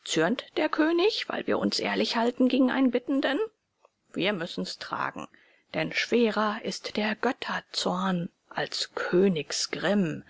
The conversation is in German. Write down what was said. der könig weil wir uns ehrlich halten gegen einen bittenden wir müssen's tragen denn schwerer ist der götter zorn als